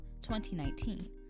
2019